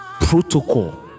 Protocol